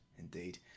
Indeed